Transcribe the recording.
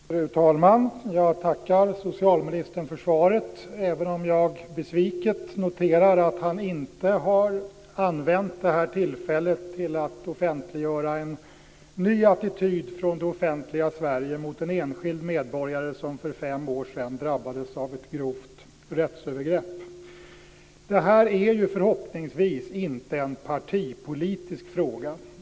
Fru talman! Jag tackar socialministern för svaret, även om jag besviket noterar att han inte har använt detta tillfälle till att offentliggöra en ny attityd från det offentliga Sverige mot en enskild medborgare som för fem år sedan drabbades av ett grovt rättsövergrepp. Detta är förhoppningsvis inte en partipolitisk fråga.